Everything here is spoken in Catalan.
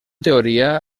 teoria